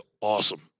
awesome